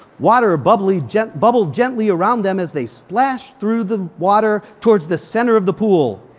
water bubbled gently bubbled gently around them as they splashed through the water towards the center of the pool.